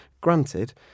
granted